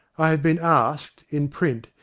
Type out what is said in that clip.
i have been asked, in print,